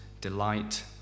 delight